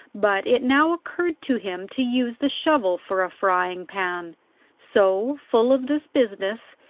but it now occurred to him to use the shovel for a frying pan so, full of this business,